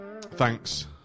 thanks